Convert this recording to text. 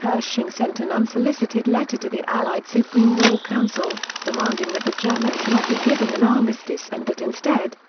pershing sent an unsolicited letter to the allied supreme war council, demanding that the germans not be given an armistice and that instead,